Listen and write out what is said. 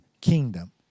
kingdom